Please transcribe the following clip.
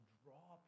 draw